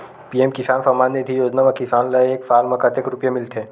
PM Kisan Samman Nidhi Yojana म किसान ल एक साल म कतेक रुपिया मिलथे?